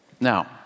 Now